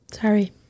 Sorry